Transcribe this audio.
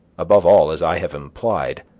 above all, as i have implied,